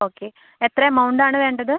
okay എത്ര amount ആണ് വേണ്ടത്